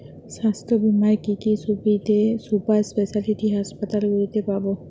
স্বাস্থ্য বীমার কি কি সুবিধে সুপার স্পেশালিটি হাসপাতালগুলিতে পাব?